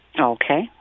Okay